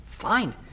fine